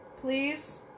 Please